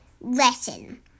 lesson